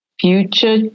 future